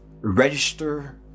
register